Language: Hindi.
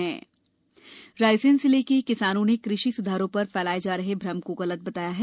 कृषि कानून किसान रायसेन जिले के किसानों ने कृषि सुधारों पर फैलाए जा रहे भ्रम को गलत बताया है